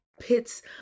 pits